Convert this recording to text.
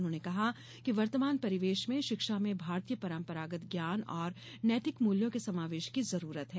उन्होंने कहा कि वर्तमान परिवेश में शिक्षा में भारतीय परंपरागत ज्ञान और नैतिक मूल्यों के समावेश की जरूरत है